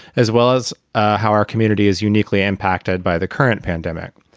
as well as ah how our community is uniquely impacted by the current pandemic.